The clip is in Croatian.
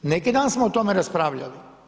Neki dan smo o tome raspravljali.